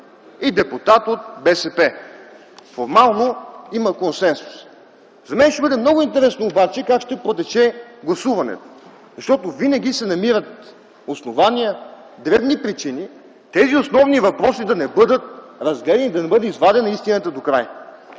и депутат от БСП. Формално има консенсус. За мен ще бъде много интересно обаче как ще протече гласуването, защото винаги се намират основания, дребни причини, тези основни въпроси да не бъдат разгледани и да не бъде извадена истината докрай.